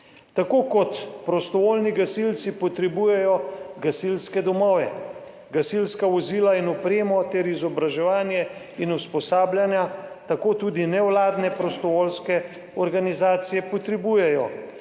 Tako kot prostovoljni gasilci potrebujejo gasilske domove, gasilska vozila in opremo ter izobraževanje in usposabljanja tako tudi nevladne prostovoljske organizacije potrebujejo